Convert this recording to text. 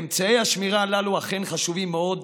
אמצעי השמירה הללו אכן חשובים מאוד,